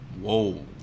Whoa